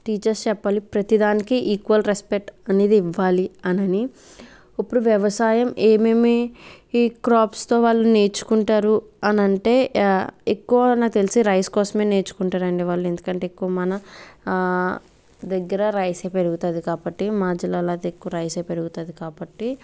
teachers చెప్పాలి ప్రతి దానికి ఈక్వల్ రెస్పెక్ట్ అనేది ఇవ్వాలి అనని ఇప్పుడు వ్యవసాయం ఏమేమి క్రాఫ్ట్స్తో వాళ్ళు నేర్చుకుంటారు అనంటే ఎక్కువ నాకు తెలిసి రైస్ కోసమే నేర్చుకుంటారండి వాళ్ళు ఎందుకంటే ఎక్కువ మన దగ్గర రైస్ ఏ పెరుగుతుంది కాబట్టి మా జిల్లాలో అయితే ఎక్కువ రైస్ ఏ పెరుగుతుంది కాబట్టి